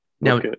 Now